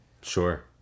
Sure